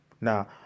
Now